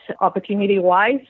opportunity-wise